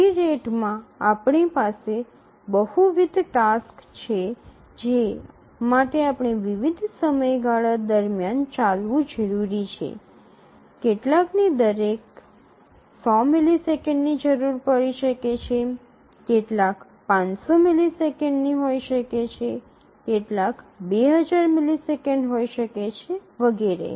multi રેટમાં આપણી પાસે બહુવિધ ટાસક્સ છે જે માટે વિવિધ સમયગાળા દરમિયાન ચાલવું જરૂરી છે કેટલાકને દરેક ૧00 મિલિસેકંડની જરૂર પડી શકે છે કેટલાક ૫00 મિલિસેકંડની હોઈ શકે છે કેટલાક ૨000 મિલિસેકન્ડ હોઈ શકે છે વગેરે